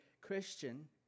Christian